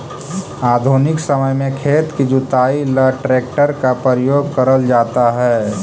आधुनिक समय में खेत की जुताई ला ट्रैक्टर का प्रयोग करल जाता है